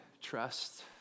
trust